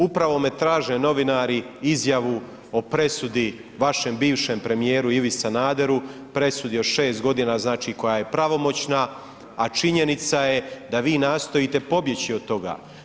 Upravo me traže novinari izjavu o presudi vašem bivšem premijeru Ivi Sanaderu, presudi od 6 godina znači koja je pravomoćna a činjenica je da vi nastojite pobjeći od toga.